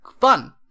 Fun